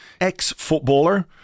ex-footballer